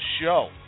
show